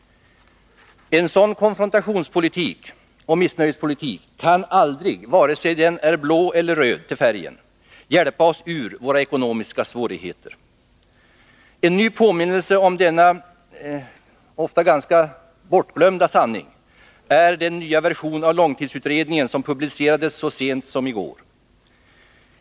En sådan konfrontationspolitik och missnöjespolitik kan aldrig, vare sig den är blå eller röd till färgen, hjälpa oss ur våra ekonomiska svårigheter. En ny påminnelse om denna ofta ganska bortglömda sanning är den nya version av långtidsutredningen som publicerades så sent som i går.